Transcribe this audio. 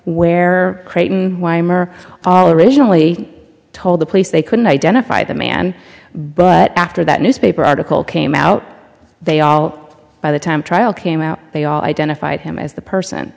weimer all originally told the police they couldn't identify the man but after that newspaper article came out they all by the time trial came out they all identified him as the person